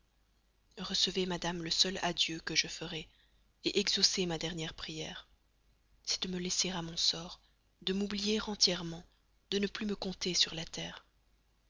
recevez madame le seul adieu que je ferai exaucez ma dernière prière c'est de me laisser à mon sort de m'oublier entièrement de ne plus me compter sur la terre